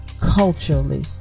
culturally